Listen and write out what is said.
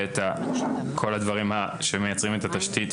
ואת כל הדברים שמייצרים את התשתית,